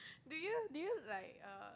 do you do you like err